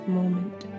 moment